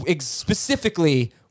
specifically